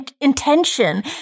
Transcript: intention